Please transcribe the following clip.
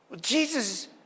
Jesus